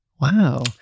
Wow